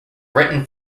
written